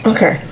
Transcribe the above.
Okay